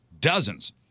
dozens